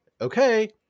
Okay